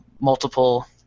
multiple